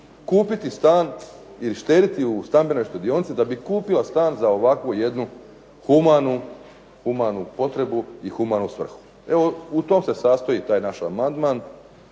kupiti stan ili štediti u stambenoj štedionici da bi kupila stan za ovakvu jednu humanu potrebu i humanu svrhu. Evo u tom se sastoji taj naš amandman